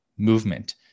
Movement